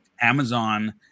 Amazon